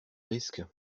risque